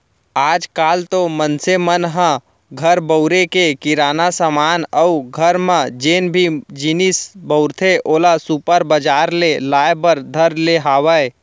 आज काल तो मनसे मन ह घर बउरे के किराना समान अउ घर म जेन भी जिनिस बउरथे ओला सुपर बजार ले लाय बर धर ले हावय